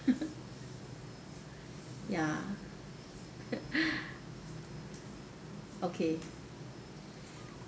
ya okay